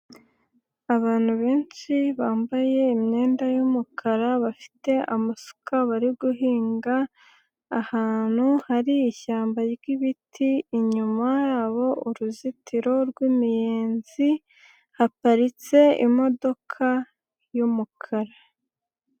Abantu benshi bambaye imyenda y'umukara. Bafite amasuka bari guhinga ahantu hari ishyamba ry'ibiti. Inyuma yabo hari uruzitiro rw'imiyenzi. Haparitse imodoka y'umukara.